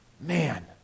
Man